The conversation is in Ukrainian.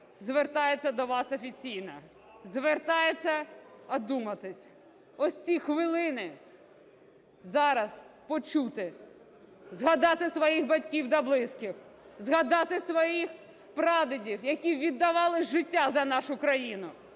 звертається до вас офіційно. Звертається – одумайтеся. У ці хвилини зараз почути, згадати своїх батьків та близьких, згадати своїх прадідів, які віддавали життя за нашу країну,